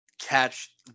catch